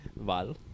Val